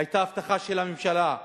היתה הבטחה של הממשלה,